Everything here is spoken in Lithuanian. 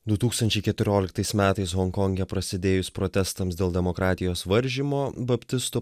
du tūkstančiai keturioliktais metais honkonge prasidėjus protestams dėl demokratijos varžymo baptistų